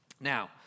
Now